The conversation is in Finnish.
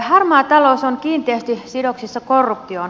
harmaa talous on kiinteästi sidoksissa korruptioon